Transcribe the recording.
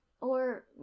Or